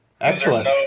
Excellent